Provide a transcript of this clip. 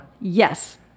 yes